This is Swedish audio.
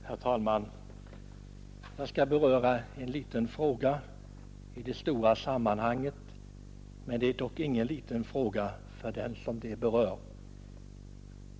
Herr talman! Jag skall beröra en liten fråga i det stora sammanhanget, men det är dock ingen liten fråga för den det berör.